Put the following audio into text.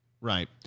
Right